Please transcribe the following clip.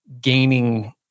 gaining